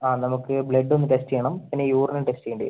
നമുക്ക് ബ്ലഡ് ഒന്ന് ടെസ്റ്റ് ചെയ്യണം പിന്നെ യൂറിനും ടെസ്റ്റ് ചെയ്യേണ്ടി വരും